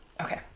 Okay